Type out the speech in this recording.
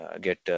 get